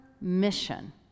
mission